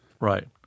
Right